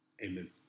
Amen